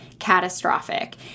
catastrophic